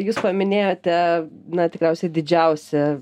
jūs paminėjote na tikriausiai didžiausią